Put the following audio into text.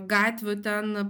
gatvių ten